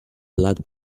blood